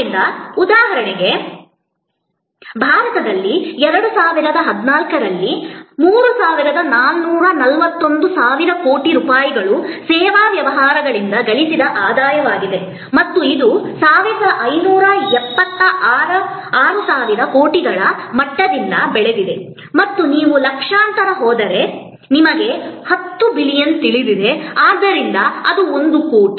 ಆದ್ದರಿಂದ ಉದಾಹರಣೆಗೆ ಭಾರತದಲ್ಲಿ 2014 ರಲ್ಲಿ 3441 ಸಾವಿರ ಕೋಟಿ ರೂಪಾಯಿಗಳು ಸೇವಾ ವ್ಯವಹಾರಗಳಿಂದ ಗಳಿಸಿದ ಆದಾಯವಾಗಿದೆ ಮತ್ತು ಇದು 1576 ಸಾವಿರ ಕೋಟಿಗಳ ಮಟ್ಟದಿಂದ ಬೆಳೆದಿದೆ ಮತ್ತು ನೀವು ಲಕ್ಷಾಂತರ ಹೋದರೆ ನಿಮಗೆ 10 ಬಿಲಿಯನ್ ತಿಳಿದಿದೆ ಆದ್ದರಿಂದ ಅದು ಒಂದು ಕೋಟಿ